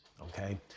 okay